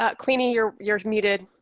ah queenie you're you're muted.